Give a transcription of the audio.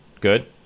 good